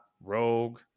Rogue